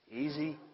Easy